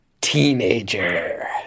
Teenager